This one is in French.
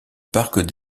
parc